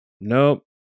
nope